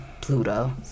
Pluto